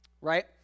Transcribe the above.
right